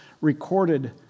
recorded